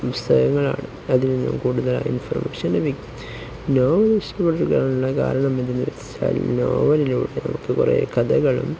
പുസ്തകങ്ങളാണ് അതിൽനിന്ന് കൂടുതലായി ഇൻഫർമേഷൻ ലഭിക്കും നോവൽ ഇഷ്ടപ്പെടുവാനുള്ള കാരണം എന്തെന്നു വച്ചാല് നോവലിലൂടെ നമുക്കു കുറേ കഥകളും